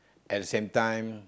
and same time